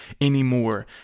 anymore